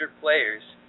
players